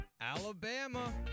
Alabama